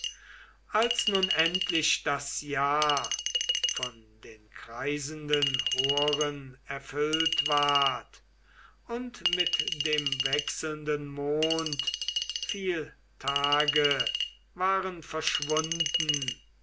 als nun endlich das jahr von den kreisenden horen erfüllt ward und mit dem wechselnden mond viele tage waren verschwunden